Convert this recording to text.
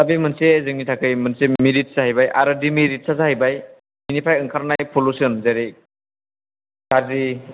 दा बे मोनसे जोंनि थाखाय मोनसे मेरिट जाहैबाय आरो दिमेरिटआ जाहैबाय बेनिफ्राय ओंखारनाय पलिउस'न जेरै गाज्रि